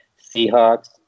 Seahawks